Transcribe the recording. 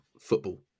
football